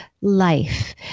life